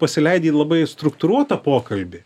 pasileidi į labai struktūruotą pokalbį